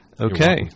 Okay